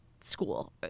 school